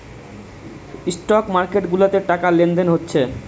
stock market গুলাতে টাকা লেনদেন হচ্ছে